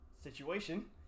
situation